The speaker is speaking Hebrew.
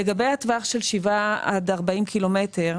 לגבי הטווח של שבעה עד 40 קילומטר,